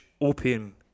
Opium